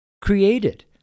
created